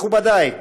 מכובדי,